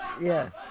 Yes